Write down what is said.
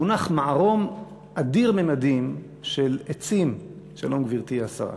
מונח מערום אדיר ממדים של עצים, שלום, גברתי השרה.